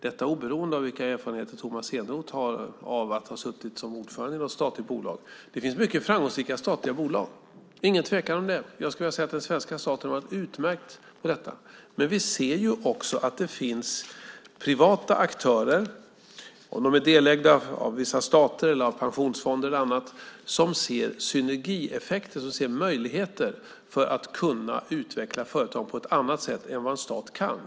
Detta är oberoende av vilka erfarenheter Tomas Eneroth har av att ha suttit som ordförande i något statligt bolag. Det finns mycket framgångsrika statliga bolag. Det är ingen tvekan om det. Jag skulle vilja säga att den svenska staten har varit utmärkt på detta. Men vi ser också att det finns privata aktörer - om de är delägda av vissa stater eller av pensionsfonder eller annat - som ser synergieffekter, möjligheter att kunna utveckla företagen på ett annat sätt än vad en stat kan.